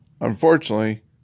Unfortunately